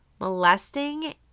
molesting